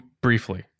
briefly